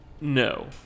No